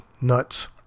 nuts